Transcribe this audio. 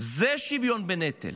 זה שוויון בנטל.